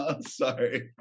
Sorry